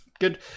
good